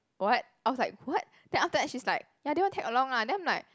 what I was like what then after that she's like ya they want tag along lah then I'm like